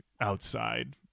outside